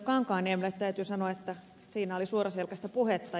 kankaanniemelle täytyy sanoa että siinä oli suoraselkäistä puhetta